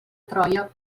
troia